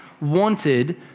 wanted